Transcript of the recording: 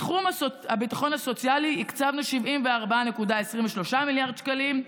בתחום הביטחון הסוציאלי הקצבנו 74.23 מיליארד שקלים,